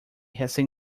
recém